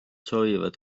soovivad